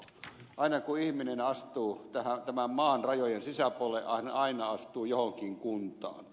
aina kun ihminen astuu tämän maan rajojen sisäpuolelle aina astuu johonkin kuntaan